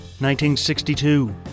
1962